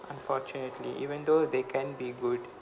unfortunately even though they can be good